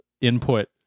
input